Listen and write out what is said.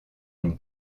une